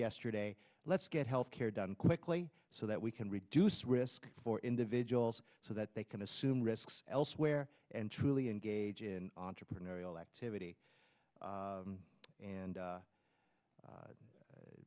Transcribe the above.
yesterday let's get health care done quickly so that we can reduce risk for individuals so that they can assume risks elsewhere and truly engage in entrepreneurial activity